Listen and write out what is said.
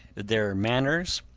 their manners,